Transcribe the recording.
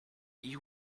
you